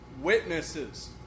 witnesses